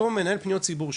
לאותו מנהל פניות ציבור,